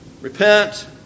Repent